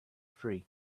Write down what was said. free